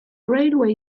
railway